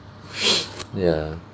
ya